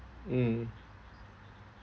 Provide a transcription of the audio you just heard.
mm